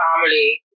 family